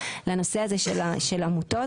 לנושא הזה של העמותות.